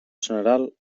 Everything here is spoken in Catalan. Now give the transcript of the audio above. general